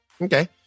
Okay